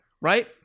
right